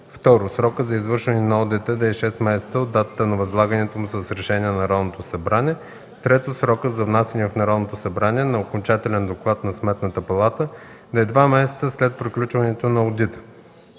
2. Срокът за извършване на одита да е шест месеца от датата на възлагането му с решение на Народното събрание; 3. Срокът за внасяне в Народното събрание на окончателния доклад на Сметната палата да е два месеца след приключването на одита.